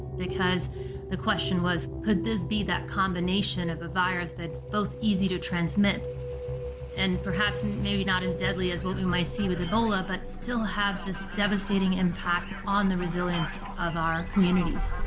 because the question was could this be that combination of a virus that's both easy to transmit and perhaps maybe not as deadly as what we might see with ebola, but still have just devastating impact on the resilience of our communities?